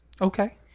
Okay